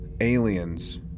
aliens